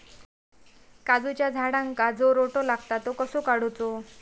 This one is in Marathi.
काजूच्या झाडांका जो रोटो लागता तो कसो काडुचो?